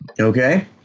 Okay